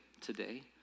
today